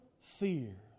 fear